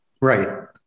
Right